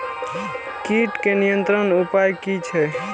कीटके नियंत्रण उपाय कि छै?